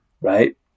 right